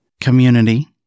Community